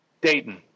Dayton